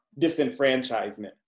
disenfranchisement